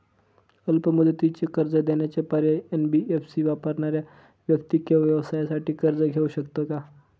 अल्प मुदतीचे कर्ज देण्याचे पर्याय, एन.बी.एफ.सी वापरणाऱ्या व्यक्ती किंवा व्यवसायांसाठी कर्ज घेऊ शकते का?